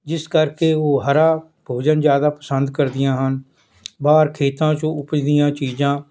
ਜਿਸ ਕਰਕੇ ਉਹ ਹਰਾ ਭੋਜਨ ਜ਼ਿਆਦਾ ਪਸੰਦ ਕਰਦੀਆਂ ਹਨ ਬਾਹਰ ਖੇਤਾਂ 'ਚ ਉਪਜਦੀਆਂ ਚੀਜ਼ਾਂ